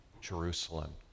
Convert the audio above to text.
Jerusalem